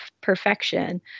perfection